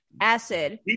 acid